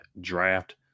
draft